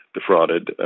defrauded